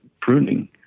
pruning